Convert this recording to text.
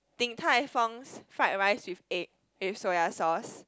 Din-Tai-Fung's fried rice with egg with soya sauce